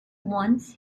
once